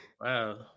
Wow